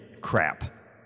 crap